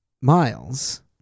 Miles